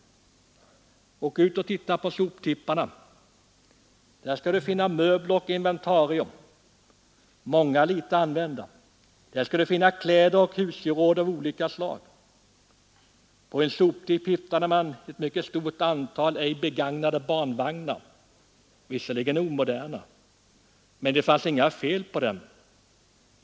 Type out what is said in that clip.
Åk ut och titta på soptipparna, där skall du finna möbler och inventarier, många litet använda, kläder och husgeråd av olika slag. På en soptipp hittade man ett mycket stort antal ej begagnade barnvagnar, visserligen omoderna, men det fanns inga fel på dem.